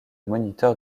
moniteur